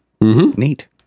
neat